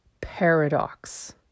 paradox